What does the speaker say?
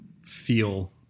feel